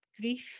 grief